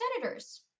senators